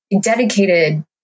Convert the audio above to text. dedicated